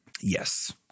Yes